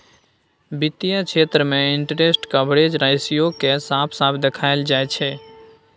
वित्त क्षेत्र मे इंटरेस्ट कवरेज रेशियो केँ साफ साफ देखाएल जाइ छै